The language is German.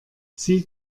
sie